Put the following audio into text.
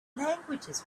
languages